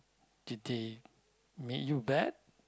did they make you bad